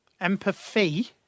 Empathy